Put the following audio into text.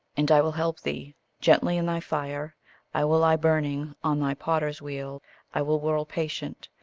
and i will help thee gently in thy fire i will lie burning on thy potter's-wheel i will whirl patient,